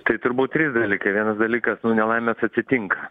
tai turbūt trys dalykai vienas dalykas nu nelaimės atsitinka